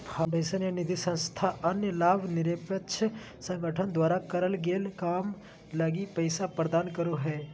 foundation या निधिसंस्था अन्य लाभ निरपेक्ष संगठन द्वारा करल गेल काम लगी पैसा प्रदान करो हय